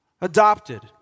adopted